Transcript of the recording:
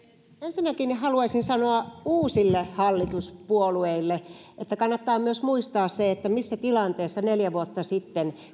ensinnäkin haluaisin sanoa uusille hallituspuolueille että kannattaa myös muistaa se missä tilanteessa neljä vuotta sitten